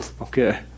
Okay